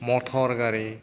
मटर गारि